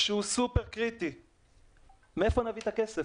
אין כסף.